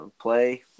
play